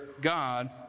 God